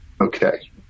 Okay